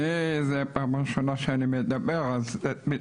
אני זו פעם ראשונה שאני מדבר, אז מתרגש.